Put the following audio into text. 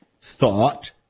thought